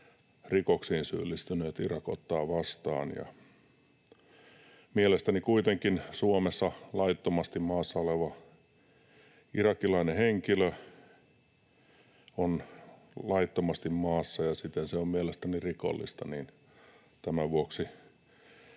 rikoksiin syyllistyneet Irak ottaa vastaan, niin mielestäni kuitenkin Suomessa laittomasti maassa oleva irakilainen henkilö on laittomasti maassa, ja siten se on mielestäni rikollista, ja tämän vuoksi